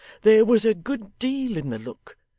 there was a good deal in the look,